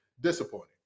Disappointing